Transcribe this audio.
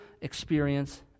experience